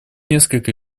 несколько